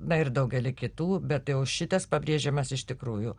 na ir daugelį kitų bet šitas pabrėžiamas iš tikrųjų